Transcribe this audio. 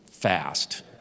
fast